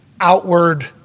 outward